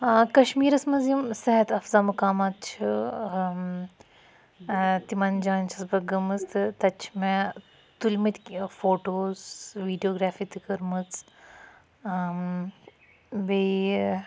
کَشمیٖرَس مَنٛز یِم صحت اَفزا مقام چھِ تِمَن جایَن چھَس بہٕ گٔمٕژ تہٕ تَتہِ چھِ مےٚ تُلۍ مٕتۍ فوٹوز ویٖڈیو گریفی تہِ کٔرمٕژ بیٚیہِ